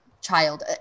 child